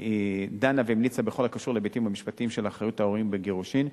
דנה והמליצה בכל הקשור להיבטים המשפטיים של אחריות ההורים בגירושין.